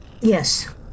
Yes